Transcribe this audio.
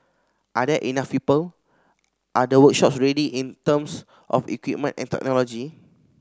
are there enough people are the workshops ready in terms of equipment and technology